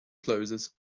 closes